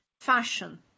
fashion